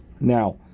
Now